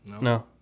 No